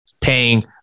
paying